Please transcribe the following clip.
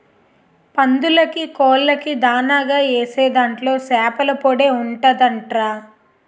పందులకీ, కోళ్ళకీ దానాగా ఏసే దాంట్లో సేపల పొడే ఉంటదంట్రా